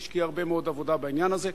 שהשקיע הרבה מאוד עבודה בעניין הזה.